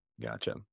gotcha